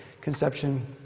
conception